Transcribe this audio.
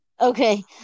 Okay